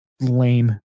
lame